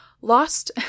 lost